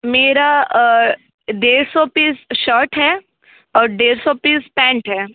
मेरा डेढ़ सौ पीस शर्ट हैं और डेढ़ सौ पीस पैन्ट हैं